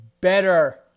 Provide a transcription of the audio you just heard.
better